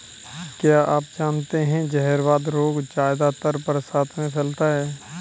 क्या आप जानते है जहरवाद रोग ज्यादातर बरसात में फैलता है?